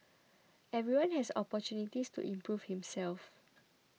everyone has opportunities to improve himself